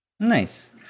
Nice